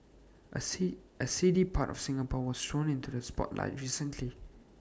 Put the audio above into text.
A see A seedy part of Singapore was thrown into the spotlight recently